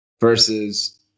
versus